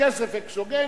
כסף אקסוגני,